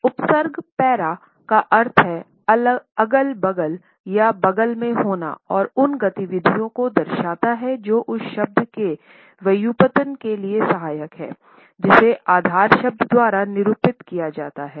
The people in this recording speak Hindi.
उपसर्ग पैरा का अर्थ है अगल बगल या बगल में होना और उन गतिविधियों को दर्शाता है जो उस शब्द के व्युत्पन्न के लिए सहायक हैं जिसे आधार शब्द द्वारा निरूपित किया जाता है